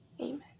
Amen